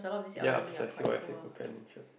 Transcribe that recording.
ya precisely why I said companionship